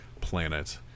planet